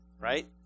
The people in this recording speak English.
Right